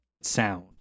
sound